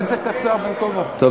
טוב,